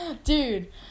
Dude